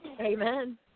Amen